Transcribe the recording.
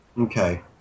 Okay